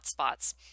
hotspots